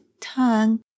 tongue